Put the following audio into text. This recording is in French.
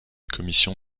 commission